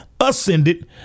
ascended